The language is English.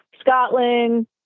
Scotland